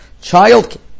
Child